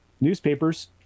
newspapers